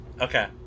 okay